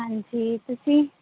ਹਾਂਜੀ ਤੁਸੀਂ